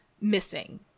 missing